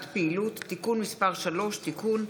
(מעצר חשוד בעת מניעה לקדם חקירה) (תיקון),